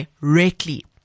directly